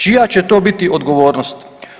Čija će to biti odgovornost?